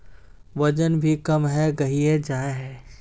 वजन भी कम है गहिये जाय है?